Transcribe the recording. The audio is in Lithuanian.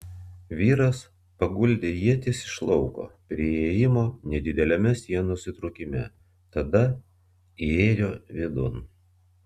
vyras paguldė ietis iš lauko prie įėjimo nedideliame sienos įtrūkime tada įėjo vidun